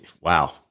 wow